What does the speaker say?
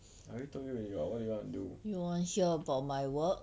you want share about my work